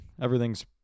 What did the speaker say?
everything's